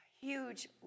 Huge